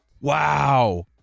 Wow